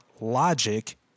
logic